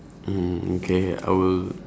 mm okay I will